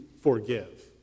forgive